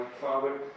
Father